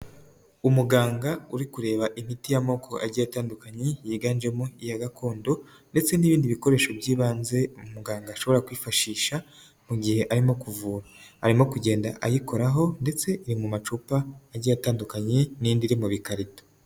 Umuganga uri kureba imiti y'amoko agiye atandukanye yiganjemo iya gakondo ndetse n'ibindi bikoresho by'ibanze muganga ashobora kwifashisha mu gihe arimo kuvura, arimo kugenda ayikoraho ndetse iri mu macupa agiye atandukanye n'indi iri mu bikarito.